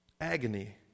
Agony